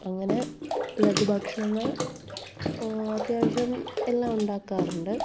അങ്ങനെ ലഘുഭക്ഷണങ്ങൾ അത്യാവശ്യം എല്ലാം ഉണ്ടാക്കാറുണ്ട്